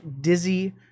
dizzy